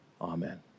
Amen